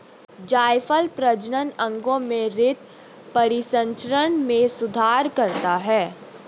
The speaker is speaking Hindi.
जायफल प्रजनन अंगों में रक्त परिसंचरण में सुधार करता है